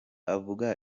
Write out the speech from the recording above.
avuga